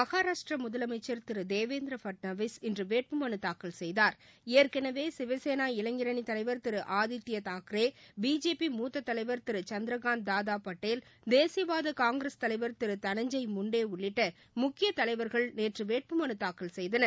மகாராஷ்டிரா முதலமைச்சர் திரு தேவேந்திர பட்நாவிஸ் இன்று வேட்புமனு தாக்கல் செய்தாா் ஏற்கனவே சிவசேனா இளைஞரணி தலைவா் திரு ஆதித்ய தாக்ரே பிஜேபி மூத்த தலைவா் திரு சந்திரகாந்த் தாதா பாடேல் தேசியவாத காங்கிரஸ் தலைவர் திரு தனஞ்செய் முண்டே உள்ளிட்ட முக்கிய தலைவர்கள் நேற்று வேட்புமனு தாக்கல் செய்தனர்